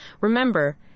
Remember